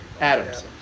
Adams